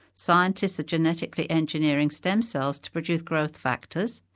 scientists are genetically engineering stem cells to produce growth factors,